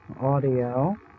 audio